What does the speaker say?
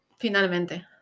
finalmente